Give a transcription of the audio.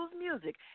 music